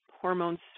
hormones